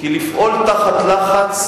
לפעול תחת לחץ,